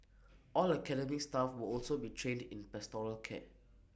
all academic staff will also be trained in pastoral care